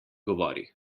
govori